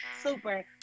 super